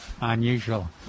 unusual